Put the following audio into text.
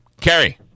Carrie